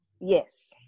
Yes